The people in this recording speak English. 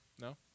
No